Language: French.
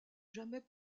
jamais